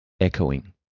echoing